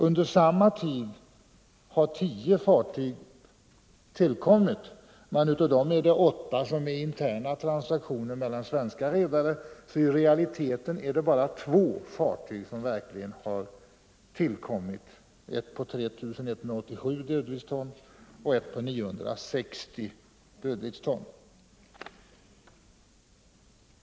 Under samma tid har 10 fartyg anskaffats, men av dem hänför sig 8 till interna transaktioner mellan svenska redare, så i realiteten är det bara 2 fartyg som verkligen har tillkommit — ett på 3187 dödviktston och ett på 960 dödviktston.